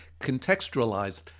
contextualized